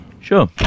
Sure